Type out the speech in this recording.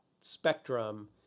spectrum